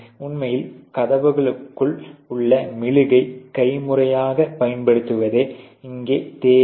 உண்மையில் கதவுகளுக்குள் உள்ள மெழுகை கைமுறையாகப் பயன்படுத்துவதே இங்கே தேவை